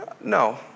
No